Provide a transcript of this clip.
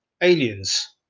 aliens